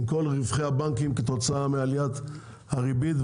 עם כל רווחי הבנקים כתוצאה מעליית הריבית.